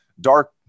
dark